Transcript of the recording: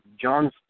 John's